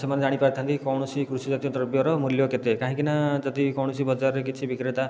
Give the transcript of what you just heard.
ସେମାନେ ଜାଣିପାରିଥାନ୍ତେ କି କୌଣସି କୃଷିଜାତୀୟ ଦ୍ରବ୍ୟର ମୂଲ୍ୟ କେତେ କାହିଁକି ନା ଯଦି କୌଣସି ବଜାରରେ କିଛି ବିକ୍ରେତା